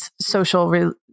social